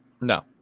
No